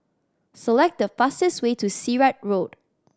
select the fastest way to Sirat Road